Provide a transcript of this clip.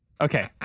Okay